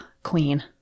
queen